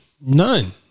None